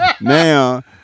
Now